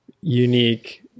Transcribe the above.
unique